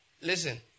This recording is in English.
Listen